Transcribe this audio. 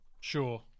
Sure